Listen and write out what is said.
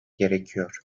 gerekiyor